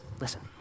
listen